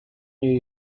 new